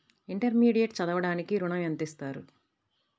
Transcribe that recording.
Intermediate చదవడానికి ఋణం ఎంత ఇస్తారు?